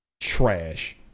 Trash